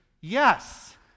yes